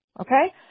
okay